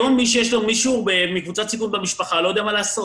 היום מי שיש לו בן משפחה שהוא בקבוצת סיכון לא יודע מה לעשות